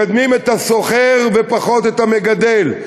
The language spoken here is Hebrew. מקדמים את הסוחר ופחות את המגדל,